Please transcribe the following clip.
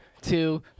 two